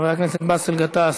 חבר הכנסת יוסף ג'בארין,